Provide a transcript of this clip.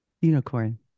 unicorn